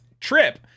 trip